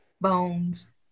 bones